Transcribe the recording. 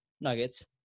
Nuggets